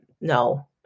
no